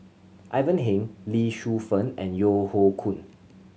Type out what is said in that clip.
Ivan Heng Lee Shu Fen and Yeo Hoe Koon